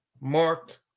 Mark